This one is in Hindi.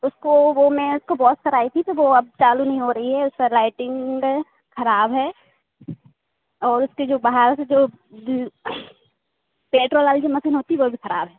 उसको वह मैं उसको वॉश कराई थी तो वह आप चालू नहीं हो रही है उसकी लाइटिंग ख़राब है और उसके जो बाहर से जो दी पेट्रोल वाली जो मशीन होती है वह ख़राब है